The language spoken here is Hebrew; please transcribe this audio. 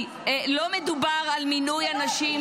השר לא אמר שאנחנו קבוצת מיעוט.